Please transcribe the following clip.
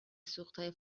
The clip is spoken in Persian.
سوختهای